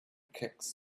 kicks